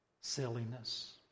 Silliness